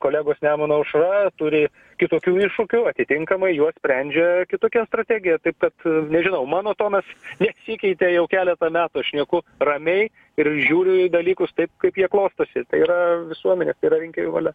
kolegos nemuno aušra turi kitokių iššūkių atitinkamai juos sprendžia kitokia strategija taip kad nežinau mano tonas nesikeitė jau keletą metų aš šneku ramiai ir žiūriu į dalykus taip kaip jie klostosi tai yra visuomenė tai yra rinkėjų valia